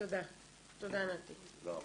בדיוק, זאת אומרת, שמרו 300 מקומות קרוב מאוד